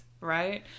Right